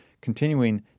continuing